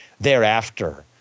thereafter